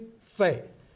faith